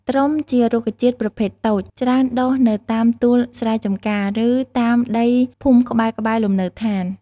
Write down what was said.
ត្រុំជារុក្ខជាតិប្រភេទតូច ច្រើនដុះនៅតាមទួលស្រែចម្ការ ឬ តាមដីភូមិក្បែរៗ លំនៅស្ថាន។